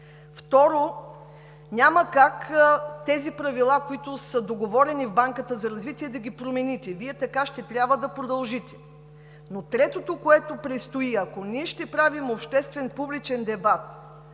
Второ, няма как тези правила, които са договорени в Банката за развитие, да ги промените. Вие така ще трябва да продължите. Но третото, което предстои, ако ние ще правим обществен публичен дебат